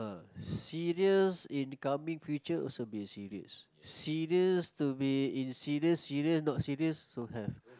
ah serious in becoming future also be serious serious to be in serious serious not serious also have